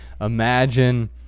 imagine